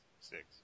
Six